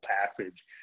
passage